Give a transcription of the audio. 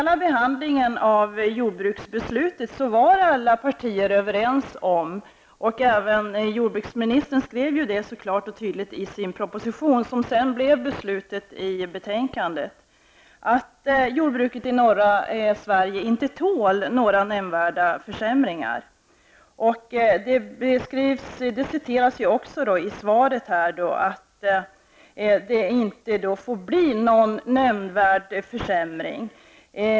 Sverige inte tål några nämnvärda försämringar. Även jordbruksministern skrev detta klart och tydligt i sin proposition, vilket sedan blev utskottets beslut i betänkandet. I interpellationssvaret sägs att det inte får bli någon nämnvärd försämring.